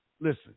listen